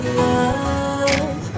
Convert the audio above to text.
love